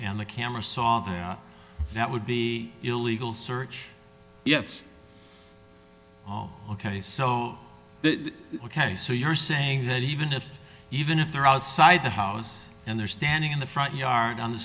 and the camera saw them that would be illegal search yes oh ok so ok so you're saying that even if even if they're outside the house and they're standing in the front yard on the